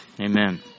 Amen